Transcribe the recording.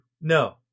No